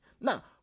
Now